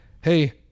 Hey